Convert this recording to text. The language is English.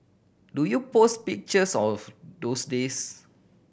do you post pictures of those days